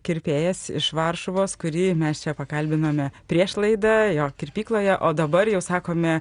kirpėjas iš varšuvos kurį mes čia pakalbinome prieš laidą jo kirpykloje o dabar jau sakome